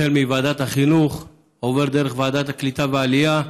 החל בוועדת החינוך, עובר דרך ועדת העלייה והקליטה,